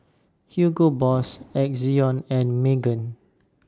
Hugo Boss Ezion and Megan